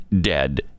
dead